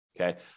okay